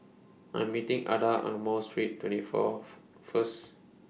I'm meeting Adah Ang Mo Street twenty Fourth First